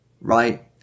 right